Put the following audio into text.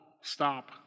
stop